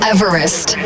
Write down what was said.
Everest